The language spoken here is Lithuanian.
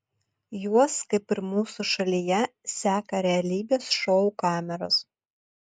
juos kaip ir mūsų šalyje seka realybės šou kameros